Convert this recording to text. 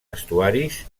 estuaris